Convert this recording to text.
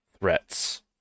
threats